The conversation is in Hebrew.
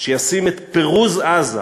שישים את פירוז עזה